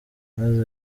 maze